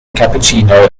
cappuccino